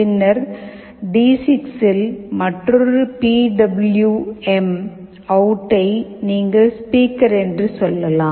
பின்னர் டி6 இல் மற்றொரு பி டபிள்யு எம் அவுட்டை நீங்கள் "ஸ்பீக்கர்" என்று சொல்லலாம்